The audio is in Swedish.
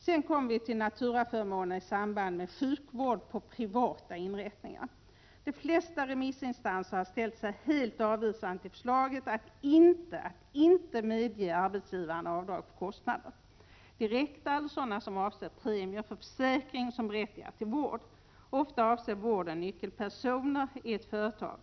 Sedan kommer vi till naturaförmåner i samband med sjukvård på privata inrättningar. De flesta remissinstanser har ställt sig helt avvisande till förslaget att inte medge arbetsgivaren avdrag för kostnader, direkta eller sådana som avser premie för försäkring som berättigar till vård. Ofta avser vården nyckelpersoner i ett företag.